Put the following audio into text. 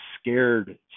scared